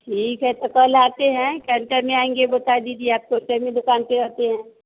ठीक है तो कल आते हैं में आएंगे बता दीजिए आपको टाइम में दुकान पे रहते हैं